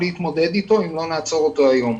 להתמודד אתו אם לא נדע לעצור אותו היום.